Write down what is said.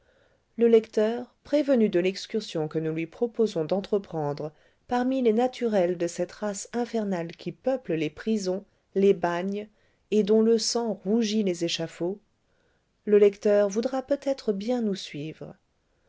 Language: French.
le lecteur prévenu de l'excursion que nous lui proposons d'entreprendre parmi les naturels de cette race infernale qui peuple les prisons les bagnes et dont le sang rougit les échafauds le lecteur voudra peut-être bien nous suivre